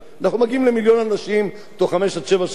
אנחנו מגיעים למיליון אנשים בתוך חמש עד שבע שנים.